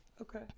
Okay